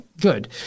Good